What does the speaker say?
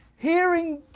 hearing